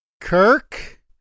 Kirk